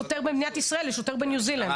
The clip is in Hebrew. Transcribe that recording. שוטר במדינת ישראל לבין שוטר בניו זילנד,